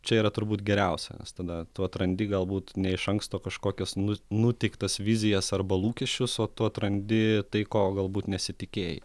čia yra turbūt geriausia nes tada tu atrandi galbūt ne iš anksto kažkokias nu nuteiktas vizijas arba lūkesčius o tu atrandi tai ko galbūt nesitikėjai